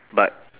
but